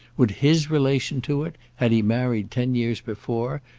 would his relation to it, had he married ten years before,